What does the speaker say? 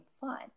fun